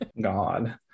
God